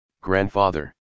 grandfather